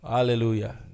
Hallelujah